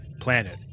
planet